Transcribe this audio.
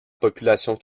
population